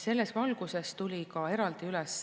Selles valguses kerkis eraldi üles